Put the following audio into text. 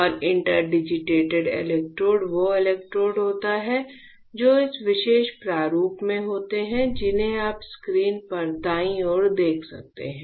और interdigitated electrode वो electrode होते हैं जो इस विशेष प्रारूप में होते हैं जिन्हें आप स्क्रीन पर दाईं ओर देख सकते हैं